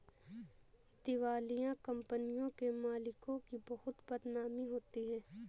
दिवालिया कंपनियों के मालिकों की बहुत बदनामी होती है